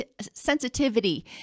sensitivity